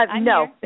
No